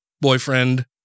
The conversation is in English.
boyfriend